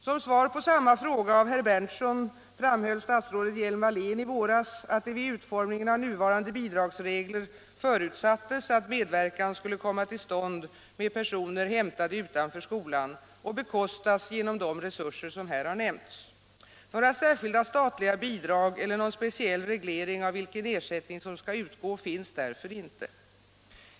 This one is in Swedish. Som svar på samma fråga av herr Berndtson framhöll statsrådet Hjelm Wallén i våras att det vid utformningen av nuvarande bidragsregler förutsattes att medverkan skulle komma till stånd med personer hämtade utanför skolan och bekostas genom de resurser som här har nämnts. Några särskilda statliga bidrag eller någon speciell reglering av vilken ersättning som skall utgå finns därför inte.